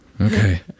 Okay